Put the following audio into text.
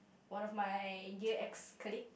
one of my dear ex colleague